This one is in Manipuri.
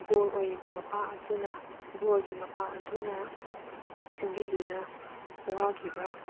ꯕꯣꯔ ꯑꯣꯏꯔꯤꯕ ꯃꯄꯥ ꯑꯗꯨꯅ ꯕꯣꯔꯒꯤ ꯃꯄꯥ ꯑꯗꯨꯅ ꯁꯤꯟꯕꯤꯗꯨꯅ ꯋꯥꯈꯤꯕ